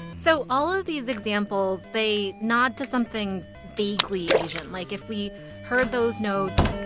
so all of these examples, they nod to something vaguely asian. like, if we heard those notes.